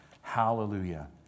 Hallelujah